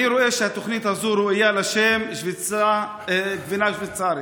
אני רואה שהתוכנית הזאת ראויה לשם "גבינה שווייצרית",